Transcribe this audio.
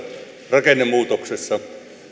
rakennemuutoksessa